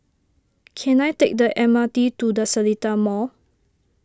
can I take the M R T to the Seletar Mall